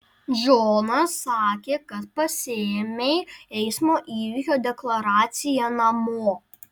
džonas sakė kad pasiėmei eismo įvykio deklaraciją namo